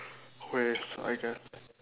ways I guess